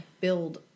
build